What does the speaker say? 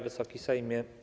Wysoki Sejmie!